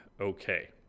okay